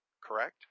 correct